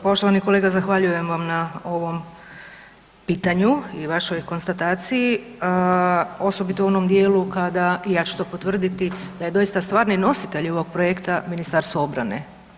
Poštovani kolega zahvaljujem vam na ovom pitanju i vašoj konstataciji osobito u onom dijelu i ja ću to potvrditi da je doista stvarni nositelj ovoga projekta Ministarstvo obrane.